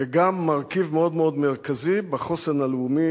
וגם מרכיב מאוד מאוד מרכזי בחוסן הלאומי